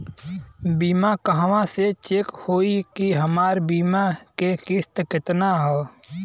बीमा कहवा से चेक होयी की हमार बीमा के किस्त केतना ह?